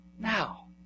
now